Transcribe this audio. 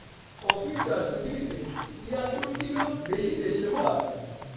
কফির চাষ পৃথিবীতে তিয়াত্তরটিরও বেশি দেশে হয়